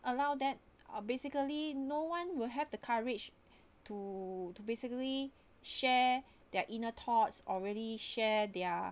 allow that uh basically no one will have the courage to to basically share their inner thoughts or really share their